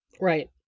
Right